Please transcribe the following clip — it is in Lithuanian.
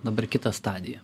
dabar kitą stadiją